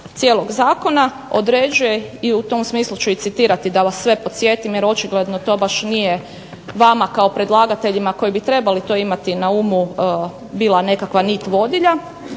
cijelog zakona određuje i u tom smislu ću i citirati da vas sve podsjetim jer očigledno to baš nije vama kao predlagateljima koji bi trebali to imati na umu bila nekakva nit vodilja.